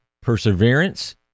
perseverance